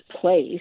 place